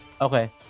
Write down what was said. okay